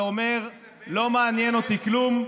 ואומר: לא מעניין אותי כלום,